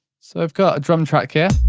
so, we've got a drum track here.